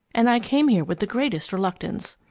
and i came here with the greatest reluctance.